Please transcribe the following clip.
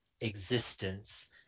existence